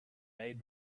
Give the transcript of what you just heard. made